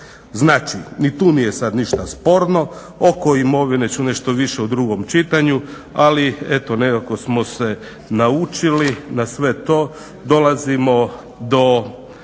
Znači ni tu nije sad ništa sporno. Oko imovine ću nešto više u drugom čitanju, ali eto nekako smo se naučili na sve to. Dolazimo do